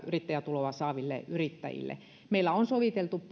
yrittäjätuloa saaville yrittäjille meillä on soviteltu päivärahaa